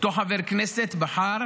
אותו חבר כנסת בחר